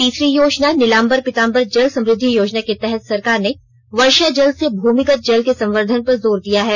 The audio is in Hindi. तीसरी योजना नीलाम्बर पीताम्बर जल समृद्धि योजना के तहत सरकार ने वर्षा जल से भूमिगत जल के संवर्द्वन पर जोर दिया है